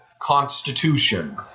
constitution